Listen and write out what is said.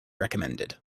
recommended